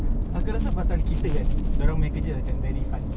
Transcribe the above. aku rasa pasal kita kan dia orang punya kerja akan very fun